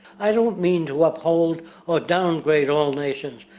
i don't mean to uphold or downgrade all nations,